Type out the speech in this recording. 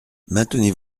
maintenez